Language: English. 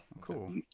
cool